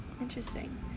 Interesting